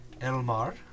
Elmar